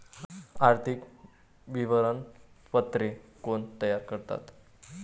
आर्थिक विवरणपत्रे कोण तयार करतात?